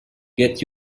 get